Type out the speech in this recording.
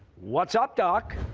what's up, doc,